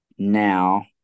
Now